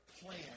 plan